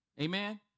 Amen